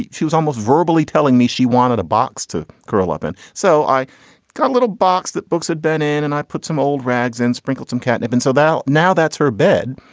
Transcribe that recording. she was almost verbally telling me she wanted a box to curl up in. so i got a little box that books had been in and i put some old rags and sprinkled some catnip in and so that now that's her bed.